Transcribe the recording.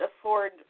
afford